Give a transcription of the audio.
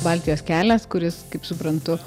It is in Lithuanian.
baltijos kelias kuris kaip suprantu